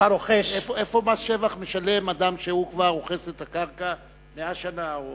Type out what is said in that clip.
איפה משלם מס שבח אדם שכבר אוחז את הקרקע 100 שנה?